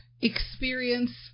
experience